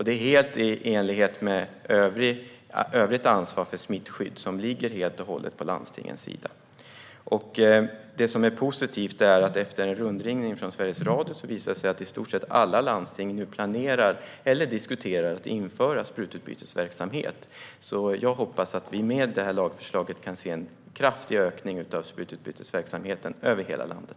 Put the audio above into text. Det är helt i enlighet med övrigt ansvar för smittskydd, som ligger helt och hållet på landstingens sida. Det positiva är att en rundringning som Sveriges Radio har gjort har visat att i stort sett alla landsting planerar eller diskuterar att införa sprututbytesverksamhet. Jag hoppas att vi med lagförslaget kan se en kraftig ökning av sprututbytesverksamheten över hela landet.